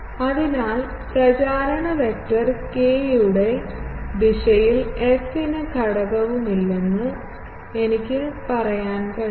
അതിനാൽ പ്രചാരണ vector k യുടെ ദിശയിൽ f ന് ഒരു ഘടകവുമില്ലെന്ന് എനിക്ക് പറയാൻ കഴിയും